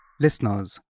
Listeners